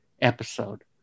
episode